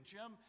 Jim